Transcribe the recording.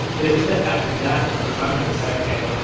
but if we step back from that for a moment and say, okay,